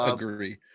Agree